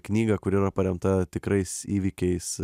knygą kuri yra paremta tikrais įvykiais